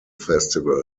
festival